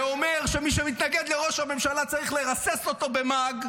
ואומר שמי שמתנגד לראש הממשלה צריך לרסס אותו במאג,